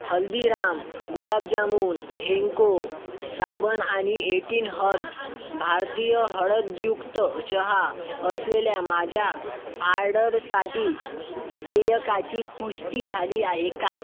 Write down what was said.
हल्दीराम गुलाबजामून हेंको साबण आणि eighteen herbs भारतीय हळदयुक्त चहा असलेल्या माझ्या आर्डरसाठी देयकाची पुष्टी झाली आहे का